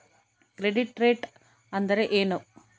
Credit rate ಅಂದರೆ ಏನು?